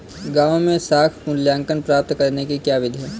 गाँवों में साख मूल्यांकन प्राप्त करने की क्या विधि है?